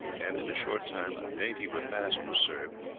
and in a short time a dainty repast was served.